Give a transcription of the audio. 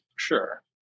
Sure